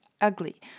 ugly